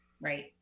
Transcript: Right